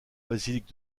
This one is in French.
basilique